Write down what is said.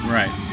right